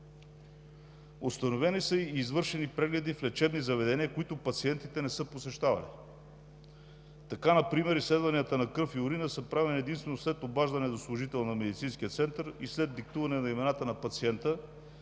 Установени са и извършени прегледи в лечебни заведения, които пациентите не са посещавали. Така например изследванията на кръв и урина са правени единствено след обаждане на служител на медицинския център, след диктуване на имената на пациента